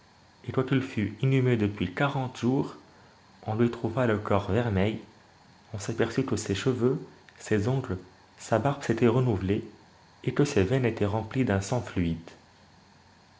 et quoiqu'il fût inhumé depuis quarante jours on lui trouva le corps vermeil on s'apperçut que ses cheveux ses ongles sa barbe s'étaient renouvellés et que ses veines étaient remplies d'un sang fluide